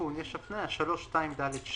בתיקון יש הפנייה 3(2)(ד)(2),